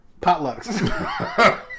Potlucks